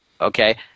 Okay